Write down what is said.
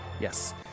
Yes